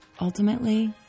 Ultimately